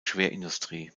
schwerindustrie